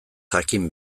jakin